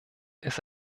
ist